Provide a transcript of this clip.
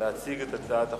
להציג את הצעת החוק.